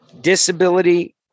disability